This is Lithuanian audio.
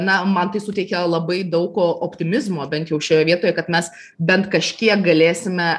na man tai suteikia labai daug optimizmo bent jau šioje vietoje kad mes bent kažkiek galėsime